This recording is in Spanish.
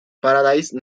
paradise